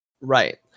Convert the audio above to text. Right